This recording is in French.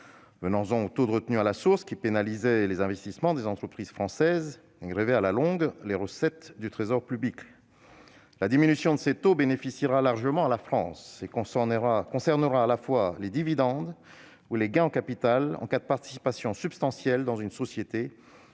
Les taux de retenue à la source pénalisaient les investissements des entreprises françaises et grevaient à long terme les recettes du Trésor public. La diminution de ces taux profitera largement à la France. Elle concernera les dividendes ou les gains en capital, en cas de participation substantielle dans une société,